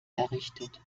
errichtet